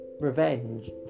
revenge